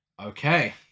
Okay